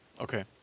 Okay